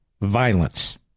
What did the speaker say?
violence